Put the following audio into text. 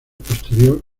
posterior